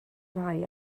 rhai